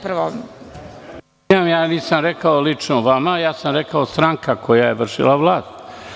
Prvo, ja nisam rekao lično vama, ja sam rekao stranka koja je vršila vlast.